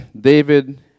David